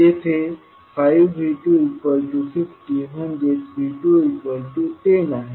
जे 5V250 म्हणजेच V210 आहे